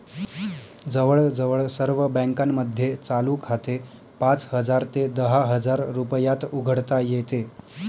जवळजवळ सर्व बँकांमध्ये चालू खाते पाच हजार ते दहा हजार रुपयात उघडता येते